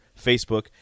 Facebook